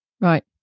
Right